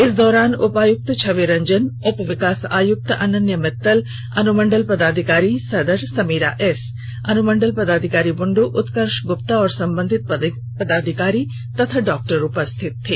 इस दौरान उपायुक्त छवि रंजन उप विकास आयुक्त अनन्य मित्तल अनुमंडल पदाधिकारी सदर समीरा एस अनुमंडल पदाधिकारी बुंडू उत्कर्ष गुप्ता एवं संबंधित पदाधिकारी डॉक्टर उपस्थित थे